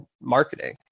marketing